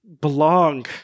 belong